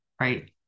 Right